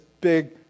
big